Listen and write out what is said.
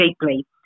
deeply